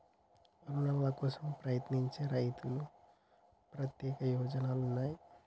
రుణాల కోసం ప్రయత్నించే రైతులకు ప్రత్యేక ప్రయోజనాలు ఉన్నయా?